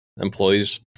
employees